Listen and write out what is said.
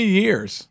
years